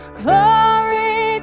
glory